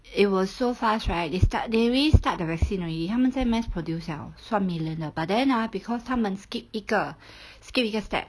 it was so fast right they start they really start the vaccine already 他们在 mass produce liao 算 million 的 but then ah because 他们 skip 一个 skip 一个 step